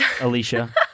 Alicia